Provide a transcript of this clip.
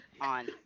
on